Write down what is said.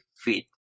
fit